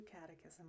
catechism